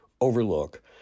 overlook